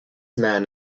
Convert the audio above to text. man